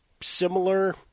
similar